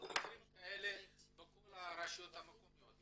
מקרים כאלה בכל הרשויות המקומיות.